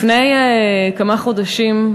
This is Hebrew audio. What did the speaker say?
לפני כמה חודשים,